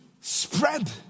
spread